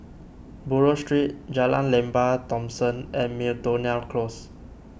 Buroh Street Jalan Lembah Thomson and Miltonia Close